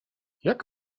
jak